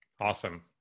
Awesome